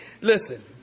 Listen